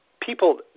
people